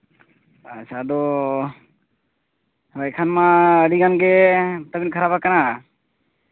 ᱟᱪᱪᱷᱟ ᱟᱫᱚ ᱮᱱᱠᱷᱟᱱ ᱢᱟ ᱟᱹᱰᱤᱜᱟᱱ ᱜᱮ ᱛᱟᱹᱵᱤᱱ ᱠᱷᱟᱨᱟᱯ ᱟᱠᱟᱱᱟ